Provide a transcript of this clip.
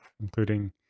including